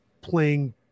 playing